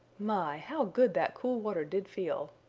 my! how good that cool water did feel!